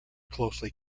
closely